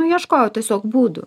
nu ieškojau tiesiog būdų